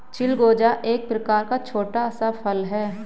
चिलगोजा एक प्रकार का छोटा सा फल है